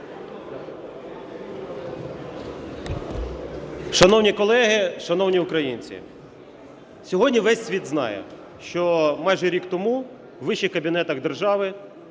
Шановні колеги, шановні українці, сьогодні весь світ знає, що майже рік тому у вищих кабінетах держави